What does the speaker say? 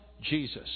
Jesus